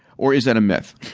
or is that a myth?